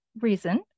reason